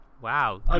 Wow